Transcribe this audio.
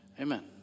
amen